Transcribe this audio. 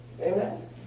amen